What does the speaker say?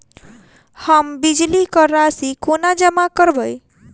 हम बिजली कऽ राशि कोना जमा करबै?